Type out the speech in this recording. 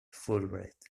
fulbright